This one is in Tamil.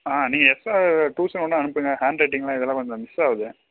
ஆ நீங்கள் எக்ஸ்ட்ரா டூஷன் வேணா அனுப்புங்க ஹேண்ட் ரைடிங் எல்லாம் இது எல்லாம் கொஞ்சம் மிஸ் ஆகுது